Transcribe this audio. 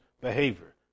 behavior